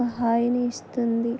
హాయిని ఇస్తుంది